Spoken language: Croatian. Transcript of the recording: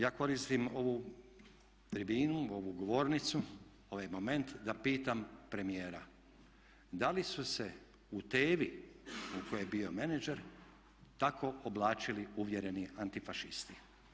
Ja koristim ovu tribinu, ovu govornicu, ovaj moment da pitam premijera da li su se u TEVA-i u kojoj je bio menadžer tako oblačili uvjereni antifašisti?